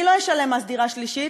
אני לא אשלם מס דירה שלישית,